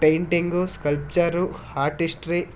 painting sculpture artistry